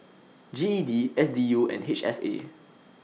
G E D S D U and H S A